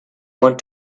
want